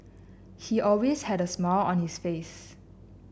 he always had a smile on his face